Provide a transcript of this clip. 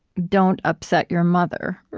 don't upset your mother,